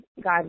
God